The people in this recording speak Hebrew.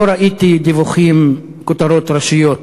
לא ראיתי דיווחים, כותרות ראשיות